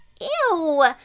Ew